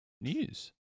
news